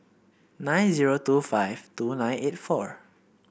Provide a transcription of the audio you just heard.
nine zero two five two nine eight four